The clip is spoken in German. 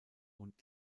und